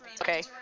okay